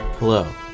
Hello